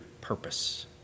purpose